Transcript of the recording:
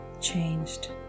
changed